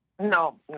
no